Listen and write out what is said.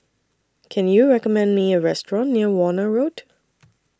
Can YOU recommend Me A Restaurant near Warna Road